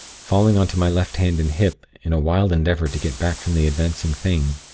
falling on to my left hand, and hip, in a wild endeavor to get back from the advancing thing.